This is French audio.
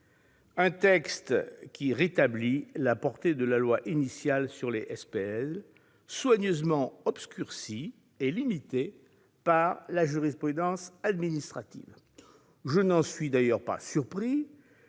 un texte qui rétablit la portée de la loi initiale sur les SPL, soigneusement obscurcie et limitée par la jurisprudence administrative. Je n'en suis d'ailleurs pas surpris